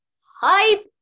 hype